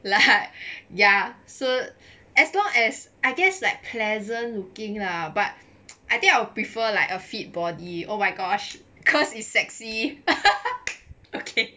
like ya so as long as I guess like pleasant looking lah but I think I will prefer like a fit body oh my gosh cause it's sexy okay